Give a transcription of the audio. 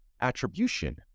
attribution